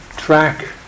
track